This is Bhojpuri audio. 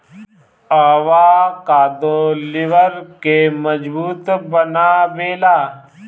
अवाकादो लिबर के मजबूत बनावेला